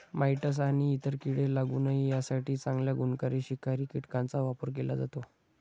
mites आणि इतर कीडे लागू नये यासाठी चांगल्या गुणकारी शिकारी कीटकांचा वापर केला जातो